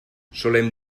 solem